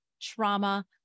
trauma